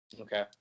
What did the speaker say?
okay